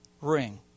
ring